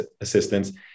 assistance